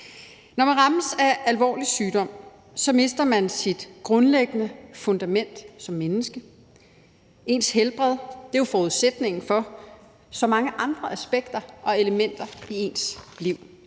Når man rammes af alvorlig sygdom, mister man sit grundlæggende fundament som menneske. Ens helbred er forudsætningen for så mange andre aspekter og elementer i ens liv.